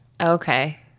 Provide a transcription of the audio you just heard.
Okay